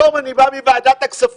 היום אני בא מוועדת הכספים,